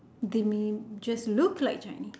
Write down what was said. they may just look like chinese